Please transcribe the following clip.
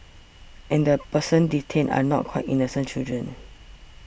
and the persons detained are not quite innocent children